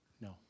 No